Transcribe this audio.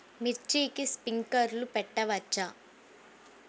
మిర్చికి స్ప్రింక్లర్లు పెట్టవచ్చా?